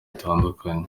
bitandukanye